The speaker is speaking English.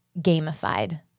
gamified